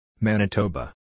Manitoba